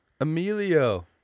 Emilio